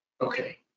Okay